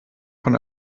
von